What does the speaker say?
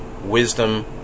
wisdom